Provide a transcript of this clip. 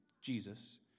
Jesus